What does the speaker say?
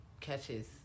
catches